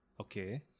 Okay